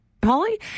Polly